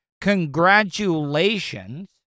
Congratulations